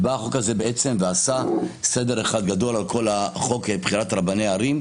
בא החוק הזה ועשה סדר על כל חוק בחירת רבני ערים,